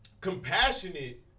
compassionate